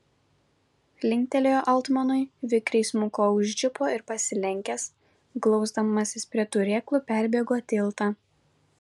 linktelėjo altmanui vikriai smuko už džipo ir pasilenkęs glausdamasis prie turėklų perbėgo tiltą